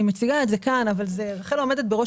אני מציגה את זה כאן אבל רחל עומדת בראש